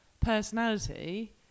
personality